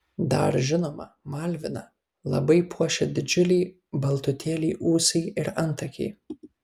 dar žinoma malviną labai puošia didžiuliai baltutėliai ūsai ir antakiai